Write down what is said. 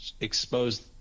exposed